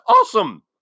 awesome